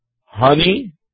honey